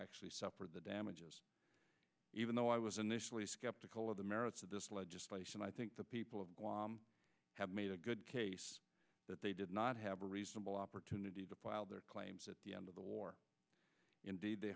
actually suffered the damages even though i was initially skeptical of the merits of this legislation i think the people of guam have made a good case that they did not have a reasonable opportunity to file their claims at the end of the war indeed they